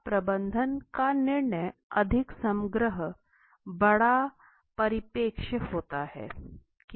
अब प्रबंधन का निर्णय अधिक समग्र बड़ा परिप्रेक्ष्य होता है